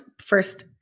first